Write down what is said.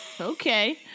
Okay